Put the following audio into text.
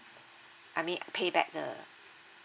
funny I pay back the